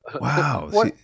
Wow